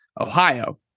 Ohio